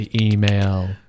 email